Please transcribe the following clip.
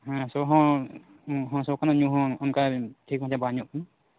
ᱦᱮᱸ ᱥᱚ ᱦᱚᱸ ᱥᱚ ᱠᱟᱱᱟ ᱧᱩ ᱦᱚᱸ ᱚᱱᱠᱟ ᱴᱷᱤᱠ ᱢᱚᱛᱳ ᱵᱟᱝ ᱧᱩᱜ ᱠᱟᱱᱟ